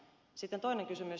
sitten toinen kysymys